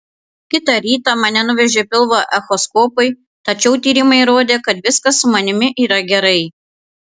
kitą rytą mane nuvežė pilvo echoskopui tačiau tyrimai rodė kad viskas su manimi yra gerai